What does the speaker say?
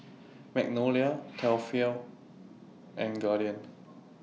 Magnolia Tefal and Guardian